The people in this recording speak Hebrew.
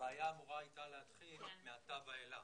הבעיה הייתה אמורה להתחיל מעתה ואילך.